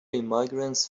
emigrants